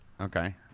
Okay